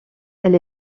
elle